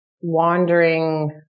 wandering